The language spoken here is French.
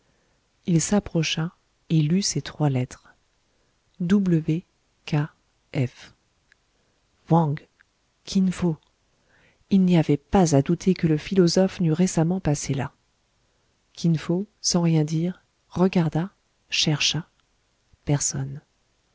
il s'approcha et lut ces trois lettres w k f wang kin fo il n'y avait pas à douter que le philosophe n'eût récemment passer là kin fo sans rien dire regarda chercha personne